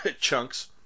chunks